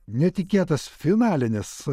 netikėtas finalinis